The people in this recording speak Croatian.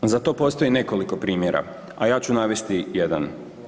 Za to postoji nekoliko primjera, a ja ću navesti jedan.